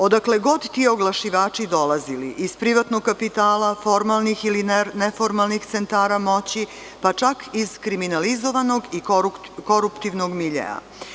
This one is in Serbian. Odakle god ti oglašivači dolazili, iz privatnog kapitala, formalnih ili neformalnih centara moći, pa čak iz kriminalizovanog i koruptivnog miljea.